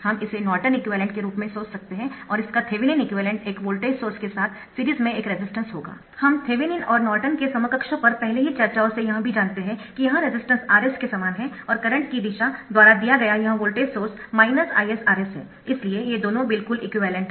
हम इसे Norton equivalent के रूप में सोच सकते है और इसका थेवेनिन एक्विवैलेन्ट एक वोल्टेज सोर्स के साथ सीरीज में एक रेजिस्टेंस होगा हम थेवेनिन और नॉर्टन के समकक्षों पर पहले की चर्चाओं से यह भी जानते है कि यह रेजिस्टेंस Rs के समान है और करंट की दिशा द्वारा दिया गया यह वोल्टेज सोर्स IsRs है इसलिए ये दोनों बिल्कुल एक्विवैलेन्ट है